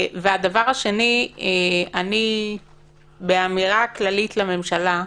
והדבר השני, אמירה כללית לממשלה: